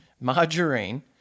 margarine